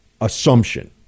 assumption